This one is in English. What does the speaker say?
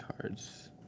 cards